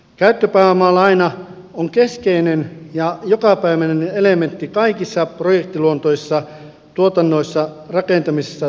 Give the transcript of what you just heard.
käyttöpääomalaina on keskeinen ja jokapäiväinen elementti kaikissa projektiluontoisissa tuotannoissa rakentamisesta telakkatuotantoon